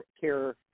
care